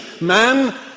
Man